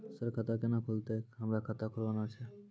Sir खाता केना खुलतै, हमरा खाता खोलवाना छै?